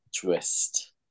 twist